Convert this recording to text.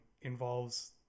involves